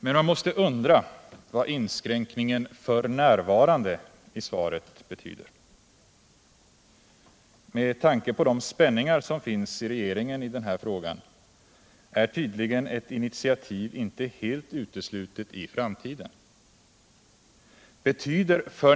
Men man måste undra vad inskränkningen ”f. n.” i svaret betyder. Med tanke på de spänningar som finns i regeringen i denna fråga är tydligen ett initiativ inte helt uteslutet i framtiden. Betyder ”f.